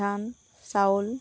ধান চাউল